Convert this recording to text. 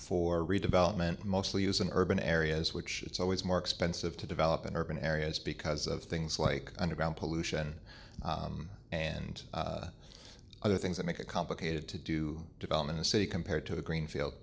for redevelopment mostly use in urban areas which it's always more expensive to develop in urban areas because of things like underground pollution and other things that make it complicated to do development in city compared to the greenfield